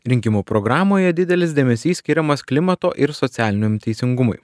rinkimų programoje didelis dėmesys skiriamas klimato ir socialiniam teisingumui